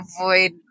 avoid